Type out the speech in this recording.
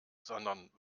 sondern